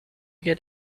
get